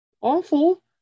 awful